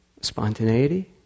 spontaneity